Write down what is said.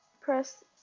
press